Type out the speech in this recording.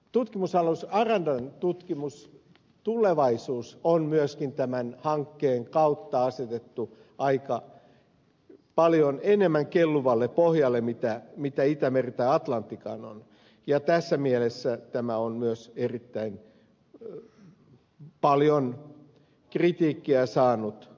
tutkimusalus arandan tutkimuksen tulevaisuus on myöskin tämän hankkeen kautta asetettu aika paljon enemmän kelluvalle pohjalle kuin itämeri tai atlanttikaan on ja myös tässä mielessä tämä on myös erittäin paljon kritiikkiä saanut esitys